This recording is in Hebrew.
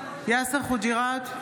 יאסר חוג'יראת,